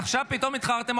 עכשיו פתאום התחרטתם,